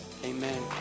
Amen